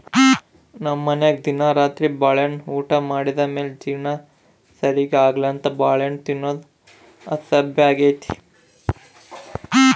ನಮ್ಮನೆಗ ದಿನಾ ರಾತ್ರಿ ಬಾಳೆಹಣ್ಣನ್ನ ಊಟ ಮಾಡಿದ ಮೇಲೆ ಜೀರ್ಣ ಸರಿಗೆ ಆಗ್ಲೆಂತ ಬಾಳೆಹಣ್ಣು ತಿನ್ನೋದು ಅಭ್ಯಾಸಾಗೆತೆ